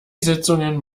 sitzungen